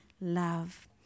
love